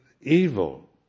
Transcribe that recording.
evil